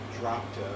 dropped